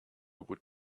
would